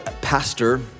pastor